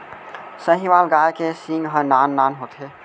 साहीवाल गाय के सींग ह नान नान होथे